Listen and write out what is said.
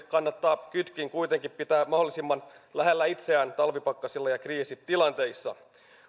kannattaa kytkin kuitenkin pitää mahdollisimman lähellä itseään talvipakkasilla ja kriisitilanteissa